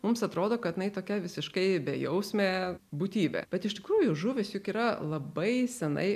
mums atrodo kad jinai tokia visiškai bejausmė būtybė bet iš tikrųjų žuvys juk yra labai senai